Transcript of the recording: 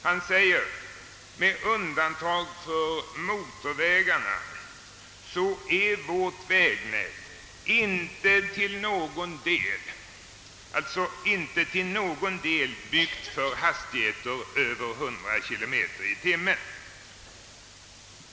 Han säger: »Med undantag för motorvägarna är vårt vägnät ——— inte till någon del byggt för hastigheter över 100 km i timmen.